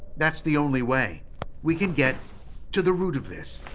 that's the only way we can get to the root of this.